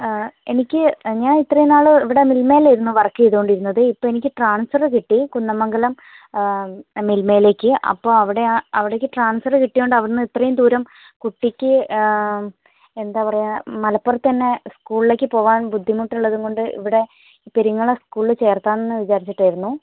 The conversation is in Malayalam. എനിക്ക് ഞാൻ ഇത്രയും നാൾ ഇവിടെ മിൽമയിൽ ആയിരുന്നു വർക്ക് ചെയ്തുകൊണ്ടിരുന്നത് ഇപ്പോൾ എനിക്ക് ട്രാൻസ്ഫർ കിട്ടി കുന്നമംഗലം മിൽമയിലേക്ക് അപ്പോൾ അവിടെ അവിടേക്ക് ട്രാൻസ്ഫർ കിട്ടിയതുകൊണ്ട് അവിടെ നിന്ന് ഇത്രയും ദൂരം കുട്ടിക്ക് എന്താണ് പറയുക മലപ്പുറത്തുതന്നെ സ്കൂളിലേക്ക് പോകാൻ ബുദ്ധിമുട്ടുള്ളത് കൊണ്ട് ഇവിടെ പെരുങ്ങളം സ്കൂളിൽ ചേർക്കാം എന്ന് വിചാരിച്ചിട്ടായിരുന്നു